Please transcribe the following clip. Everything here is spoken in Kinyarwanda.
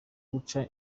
guca